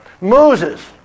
Moses